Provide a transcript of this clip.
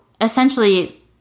essentially